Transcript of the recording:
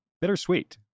bittersweet